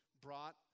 brought